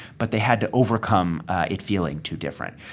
but they had to overcome it feeling too different.